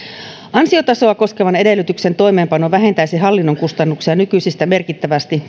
ansiotasoa koskevan edellytyksen toimeenpano vähentäisi hallinnon kustannuksia nykyisistä merkittävästi